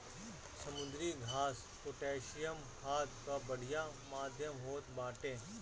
समुद्री घास पोटैशियम खाद कअ बढ़िया माध्यम होत बाटे